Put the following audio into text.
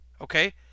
okay